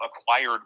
acquired